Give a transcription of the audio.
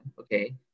Okay